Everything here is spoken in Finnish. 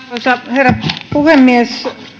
herra puhemies